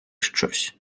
щось